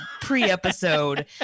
pre-episode